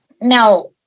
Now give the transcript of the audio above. Now